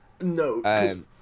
No